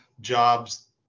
jobs